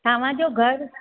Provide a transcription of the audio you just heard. तव्हांजो घर